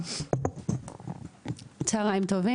צוהריים טובים,